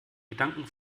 gedanken